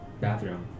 bathroom